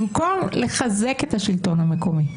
במקום לחזק את השלטון המקומי,